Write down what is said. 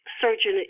surgeon